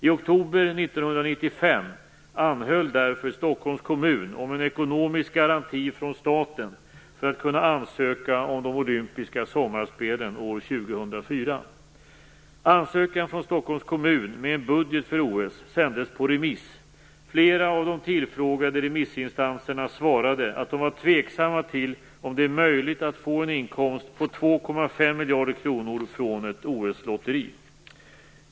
I oktober 1995 anhöll därför Stockholms kommun om en ekonomisk garanti från staten för att kunna ansöka om de olympiska sommarspelen år Ansökan från Stockholms kommun, med en budget för OS, sändes på remiss. Flera av de tillfrågade remissinstanserna svarade att de var tveksamma till om det är möjligt att få en inkomst på 2,5 miljarder kronor från ett OS-lotteri.